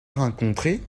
rencontré